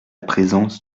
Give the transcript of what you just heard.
présence